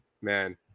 man